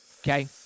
okay